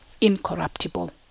incorruptible